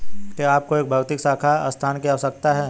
क्या आपको एक भौतिक शाखा स्थान की आवश्यकता है?